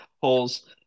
holes